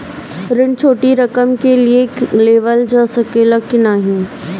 ऋण छोटी रकम के लिए लेवल जा सकेला की नाहीं?